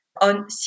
on